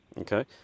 Okay